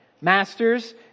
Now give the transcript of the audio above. Masters